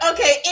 Okay